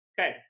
Okay